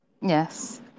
Yes